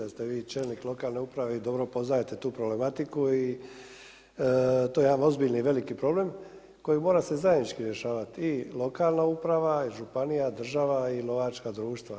Vidi ste da ste vi čelnik lokalne samouprave i da dobro poznajte tu problematiku i to je jedan ozbiljni veliki problem koji se mora zajednički rješavati i lokalna uprava, županija, država i lovačka društva.